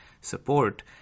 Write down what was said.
support